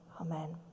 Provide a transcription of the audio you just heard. Amen